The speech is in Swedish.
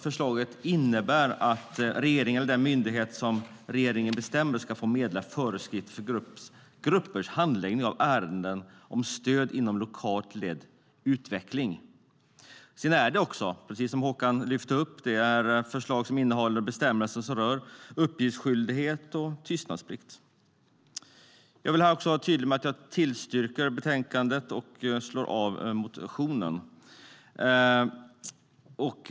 Förslaget innebär att regeringen eller den myndighet som regeringen bestämmer ska få meddela föreskrifter för gruppers handläggning av ärenden om stöd inom lokalt ledd utveckling. Precis som Håkan lyfte upp är det ett förslag som också innehåller bestämmelser som rör uppgiftsskyldighet och tystnadsplikt. Jag vill vara tydlig med att jag yrkar bifall till utskottets förslag i betänkandet och avslag på motionen.